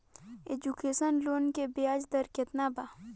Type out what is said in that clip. Education loan के ब्याज दर केतना बा?